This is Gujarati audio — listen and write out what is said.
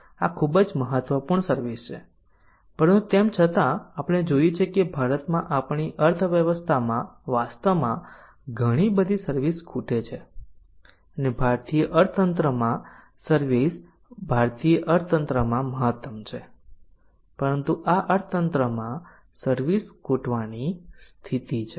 આ ખૂબ જ મહત્વપૂર્ણ સર્વિસ છે પરંતુ તેમ છતાં આપણે જોઈએ છીએ કે ભારતમાં આપણી અર્થવ્યવસ્થામાં વાસ્તવમાં ઘણી બધી સર્વિસ ખૂટે છે અને ભારતીય અર્થતંત્રમાં સર્વિસ ભારતીય અર્થતંત્રમાં મહત્તમ છે પરંતુ આ અર્થતંત્રમાં સર્વિસ ખૂટવાની સ્થિતિ છે